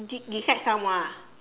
dis~ dislike someone ah